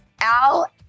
Al